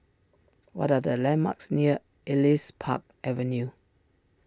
what are the landmarks near Elias Park Avenue